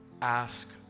Ask